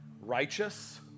righteous